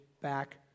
back